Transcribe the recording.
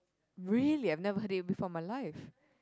really I've never heard it before in my life